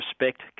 respect